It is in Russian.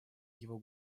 его